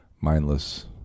Mindless